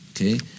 Okay